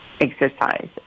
exercise